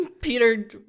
Peter